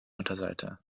unterseite